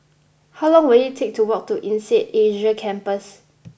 how long will it take to walk to Insead Asia Campus